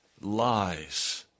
lies